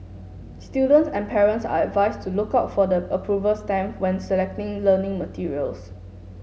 students and parents are advise to look out for the approval stamp when selecting learning materials